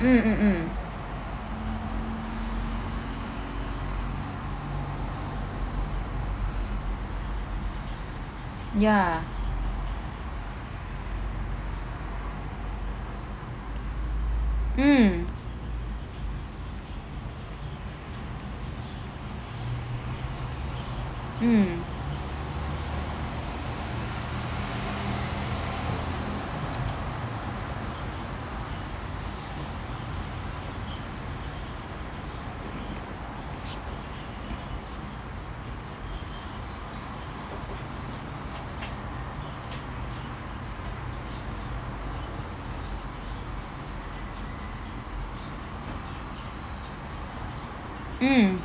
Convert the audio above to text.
mm mm mm ya mm mm mm